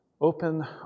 open